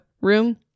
room